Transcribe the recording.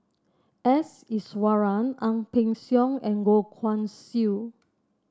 S Iswaran Ang Peng Siong and Goh Guan Siew